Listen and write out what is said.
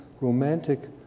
romantic